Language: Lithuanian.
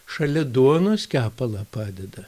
šalia duonos kepalą padeda